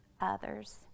others